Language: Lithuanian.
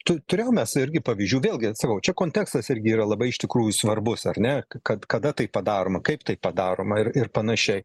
tu turėjom mes irgi pavyzdžių vėlgi sakau čia kontekstas irgi yra labai iš tikrųjų svarbus ar ne kad kada tai padaroma kaip tai padaroma ir ir panašiai